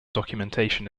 documentation